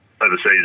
Overseas